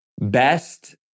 Best